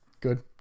good